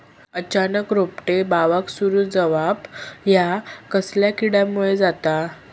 अचानक रोपटे बावाक सुरू जवाप हया कसल्या किडीमुळे जाता?